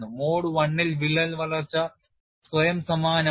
mode I ൽ വിള്ളൽ വളർച്ച സ്വയം സമാനമാണ്